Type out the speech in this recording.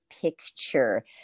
picture